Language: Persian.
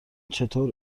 چطور